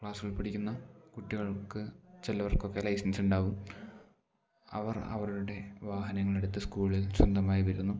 ക്ലാസ്സുകളിൽ പഠിക്കുന്ന കുട്ടികൾക്ക് ചിലവർകൊക്കെ ലൈസൻസ് ഉണ്ടാവും അവർ അവരുടെ വാഹനങ്ങൾ എടുത്ത് സ്കൂളിൽ സ്വന്തമായി വരുന്നു